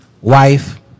wife